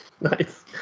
Nice